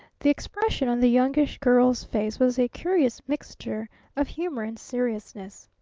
the expression on the youngish girl's face was a curious mixture of humor and seriousness.